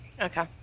Okay